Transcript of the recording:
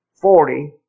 forty